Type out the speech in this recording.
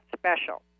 special